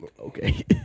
Okay